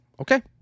okay